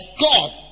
God